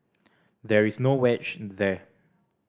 there is no wedge there